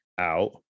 out